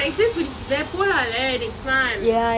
அதான்:athaan exams முடிஞ்சிட்டுலே போலாம்லே:mudinchitule polaamle next month